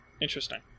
Interesting